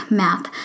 math